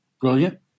brilliant